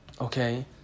Okay